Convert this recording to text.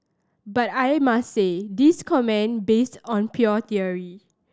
but I must say this comment based on pure theory